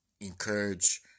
Encourage